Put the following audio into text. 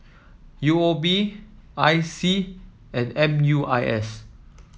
U O B I C and M U I S